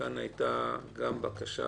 הייתה בקשה